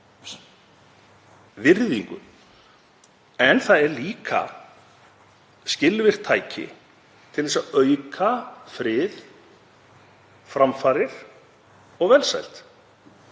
virðingu. En það er líka skilvirkt tæki til þess að auka frið, framfarir og velsæld,